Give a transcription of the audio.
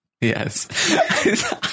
Yes